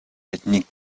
ethnic